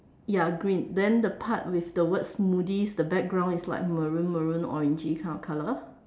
ya green then the part with the word smoothies the background is like maroon maroon orangey kind of colour